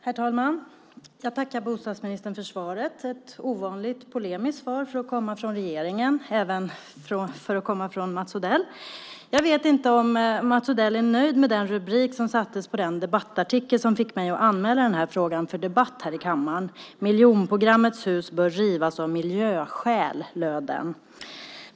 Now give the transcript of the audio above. Herr talman! Jag tackar bostadsministern för svaret - ett ovanligt polemiskt svar för att komma från regeringen, även för att komma från Mats Odell. Jag vet inte om Mats Odell är nöjd med den rubrik som sattes på den debattartikel som fick mig att anmäla den här frågan för debatt här i kammaren. "Miljonprogrammets hus bör rivas av miljöskäl", löd den.